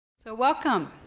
so welcome,